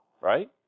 right